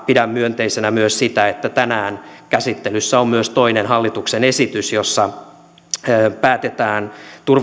pidän myönteisenä myös sitä että tänään käsittelyssä on myös toinen hallituksen esitys jossa päätetään